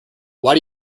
why